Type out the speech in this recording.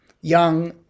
young